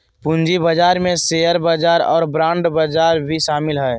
पूँजी बजार में शेयर बजार और बांड बजार भी शामिल हइ